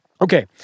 Okay